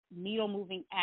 needle-moving